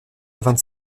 vingt